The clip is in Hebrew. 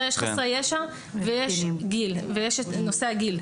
יש חסרי ישע ויש את נושא הגיל.